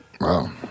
Wow